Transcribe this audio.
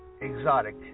exotic